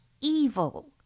evil